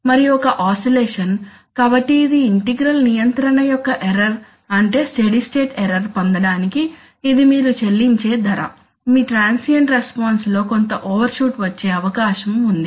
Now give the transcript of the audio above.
మరియు ఒక ఆసిలేషన్ కాబట్టి ఇది ఇంటిగ్రల్ నియంత్రణ యొక్క ఎర్రర్ అంటే స్టడీ స్టేట్ ఎర్రర్ పొందడానికి ఇది మీరు చెల్లించే ధర మీ ట్రాన్సియెంట్ రెస్పాన్స్ లో కొంత ఓవర్షూట్ వచ్చే అవకాశం ఉంది